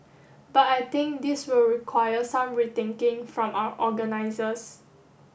but I think this will require some rethinking from our organizers